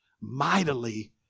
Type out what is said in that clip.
mightily